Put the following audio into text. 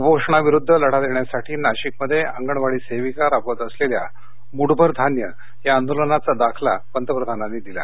कुपोषणाविरुद्ध लढा देण्यासाठी नाशिकमध्ये अंगणवाडी सेविका राबवत असलेल्या मूठभर धान्य या आंदोलनाचा दाखला पंतप्रधानांनी दिला